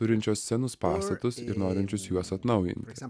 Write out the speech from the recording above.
turinčios senus pastatus ir norinčius juos atnaujinti